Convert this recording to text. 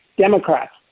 Democrats